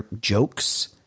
Jokes